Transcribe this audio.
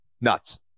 nuts